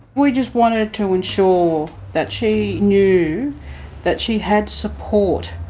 we just wanted to ensure that she knew that she had support,